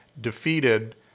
defeated